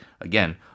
again